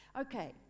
Okay